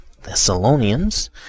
Thessalonians